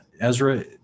Ezra